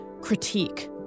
critique